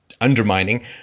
undermining